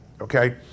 okay